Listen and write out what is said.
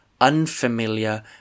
unfamiliar